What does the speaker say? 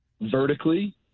vertically